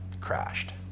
crashed